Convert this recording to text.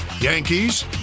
Yankees